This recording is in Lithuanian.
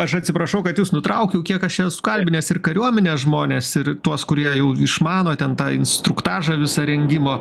aš atsiprašau kad jus nutraukiau kiek aš esu kalbinęs ir kariuomenės žmones ir tuos kurie jau išmano ten tą instruktažą visa rengimo